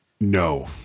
no